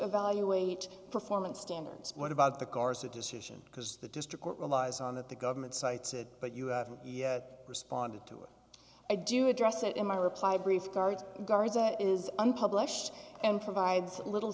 evaluate performance standards what about the cars the decision because the district relies on that the government cites it but you haven't yet responded to a do you address it in my reply brief guards guards that is unpublished and provides little